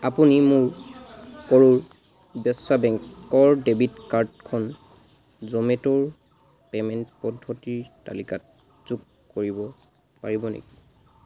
আপুনি মোৰ কৰুৰ ব্যাসা বেংকৰ ডেবিট কাৰ্ডখন জ'মেট'ৰ পে'মেণ্ট পদ্ধতিৰ তালিকাত যোগ কৰিব পাৰিব নেকি